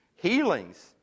healings